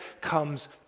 comes